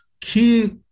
key